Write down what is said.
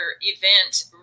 event